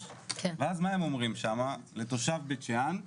ואז מה הם אומרים שם לתושב בית שאן?